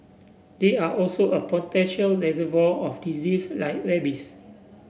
they are also a potential reservoir of disease like rabies